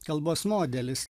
kalbos modelis